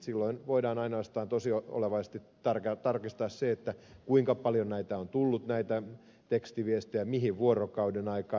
silloin voidaan ainoastaan tosiolevaisesti tarkistaa se kuinka paljon näitä tekstiviestejä on tullut ja mihin vuorokauden aikaan